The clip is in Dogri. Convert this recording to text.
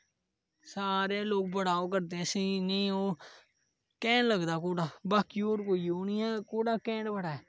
सारे लोक बड़ा ओह् करदे असेंगी इनेंगी ओह् घैंट लगदा घोड़ा बाकी और कोई ओह् नेई ऐ घोड़ा घैंट बड़ा ऐ